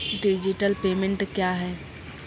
Digital payment क्या हैं?